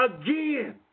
again